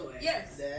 Yes